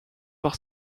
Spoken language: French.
par